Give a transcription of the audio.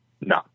No